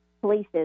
places